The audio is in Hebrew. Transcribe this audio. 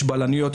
יש בלניות,